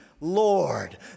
Lord